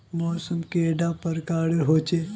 मौसम कैडा प्रकारेर होचे?